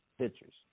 pictures